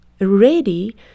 ready